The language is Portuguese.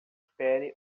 espere